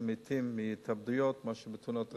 מתים מהתאבדויות מאשר מתאונות דרכים,